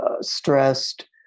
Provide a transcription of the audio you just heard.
stressed